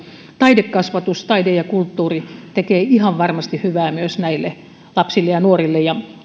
taidekasvatus taide ja kulttuuri tekee ihan varmasti hyvää myös näille lapsille ja nuorille